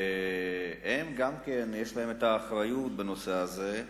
גם הם, יש להם האחריות בנושא הזה.